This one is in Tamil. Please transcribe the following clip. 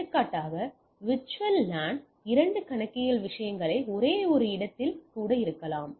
எடுத்துக்காட்டாக VLAN இல் இரண்டு கணக்கியல் விஷயங்கள் ஒரே இடத்தில் கூட இருக்கலாம்